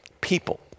people